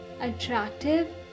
attractive